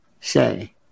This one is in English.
say